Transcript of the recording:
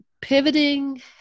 Pivoting